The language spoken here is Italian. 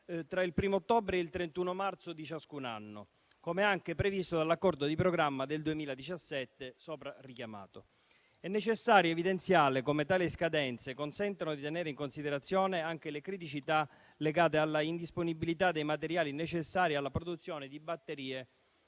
tra il 1° ottobre e il 31 marzo di ciascun anno, come è anche previsto dall'accordo di programma del 2017, sopra richiamato. È necessario evidenziare come tali scadenze consentano di tenere in considerazione anche le criticità legate all'indisponibilità dei materiali necessari alla produzione di batterie